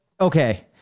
Okay